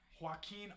Joaquin